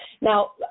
Now